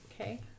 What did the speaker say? okay